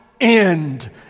end